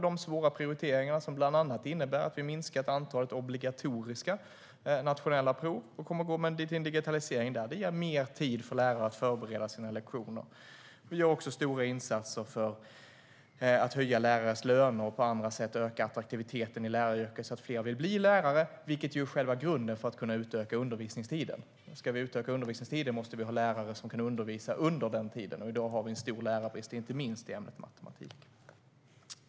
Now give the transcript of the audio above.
De svåra prioriteringar som bland annat innebär ett minskat antal obligatoriska nationella prov och kommande digitalisering ger mer tid för lärare att förbereda lektioner. Vi gör också stora insatser för att höja lärares löner och på andra sätt öka attraktiviteten i läraryrket, så att fler vill bli lärare, vilket är själva grunden för att kunna utöka undervisningstiden. Ska vi utöka undervisningstiden måste vi ha lärare som kan undervisa under den tiden, och i dag har vi en stor lärarbrist, inte minst i ämnet matematik.